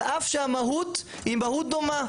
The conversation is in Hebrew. על אף שהמהות היא מהות דומה.